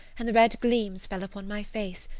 and the red gleams fell upon my face,